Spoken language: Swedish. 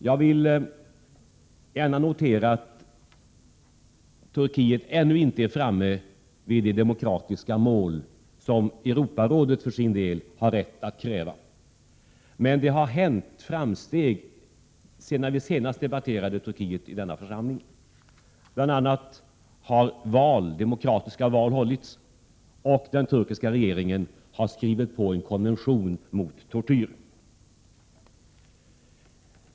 Jag vill gärna notera att Turkiet ännu inte är framme vid det demokratiska mål som Europarådet för sin del har rätt att kräva av sina medlemmar, men det har skett framsteg sedan vi senast debatterade Turkiet i denna församling — bl.a. har demokratiska val hållits, och den turkiska regeringen har skrivit under en konvention mot tortyr.